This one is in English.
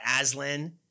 Aslan